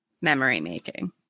memory-making